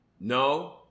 no